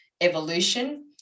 evolution